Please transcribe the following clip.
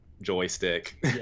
joystick